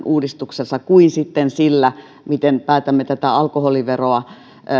uudistuksessa kuin sitten sillä miten päätämme tätä alkoholiveroa